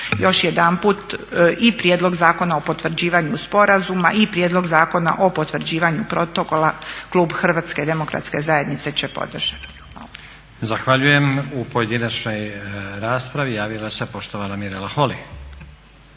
Još jedanput i Prijedlog zakona o potvrđivanju sporazuma i Prijedlog zakona o potvrđivanju protokola klub Hrvatske demokratske zajednice će podržati. **Stazić, Nenad (SDP)** Zahvaljujem. U pojedinačnoj raspravi javila se poštovana Mirela Holy.